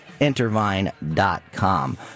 intervine.com